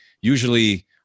usually